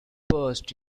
burst